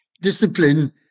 discipline